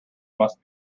must